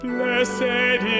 Blessed